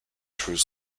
through